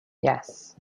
yes